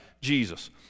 Jesus